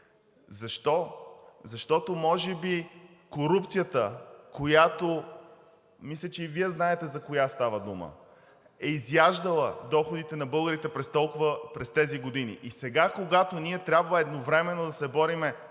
Защо? Защото може би корупцията, която, мисля, че и Вие знаете за коя става дума, е изяждала доходите на българите през тези години. И сега, когато ние трябва едновременно да се борим